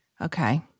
Okay